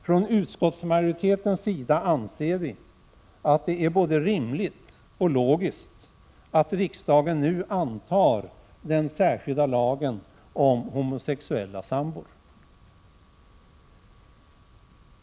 Från utskottsmajoritetens sida anser vi att det är både rimligt och logiskt att riksdagen nu antar den särskilda lagen om homosexuella sambor.